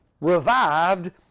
revived